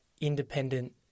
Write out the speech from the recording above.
independent